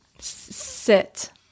sit